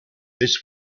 this